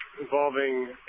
involving